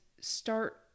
start